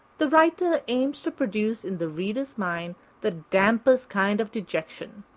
the writer aims to produce in the reader's mind the dampest kind of dejection.